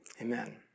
Amen